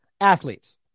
athletes